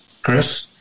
Chris